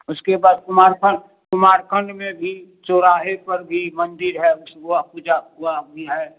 उसके बाद कुमारखंड कुमारखंड में भी चौराहे पर भी मंदिर है उसमें वहाँ पूजा हुआ भी है